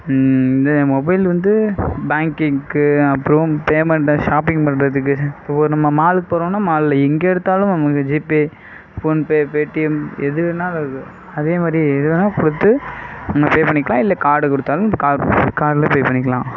இந்த மொபைல் வந்து பேங்க்கிங்க்கு அப்புறம் பேமெண்ட்டை ஷாப்பிங் பண்ணுறதுக்கு இப்போ ஒரு நம்ம மாலுக்கு போகிறோனா மாலில் எங்கே எடுத்தாலும் நமக்கு ஜிபே ஃபோன்பே பேடிஎம் எது வேண்ணாலும் அது அதே மாதிரி எது வேணால் கொடுத்து நம்ம பே பண்ணிக்கலாம் இல்லை கார்டை கொடுத்தாலும் காட் காட்டிலே பே பண்ணிக்கலாம்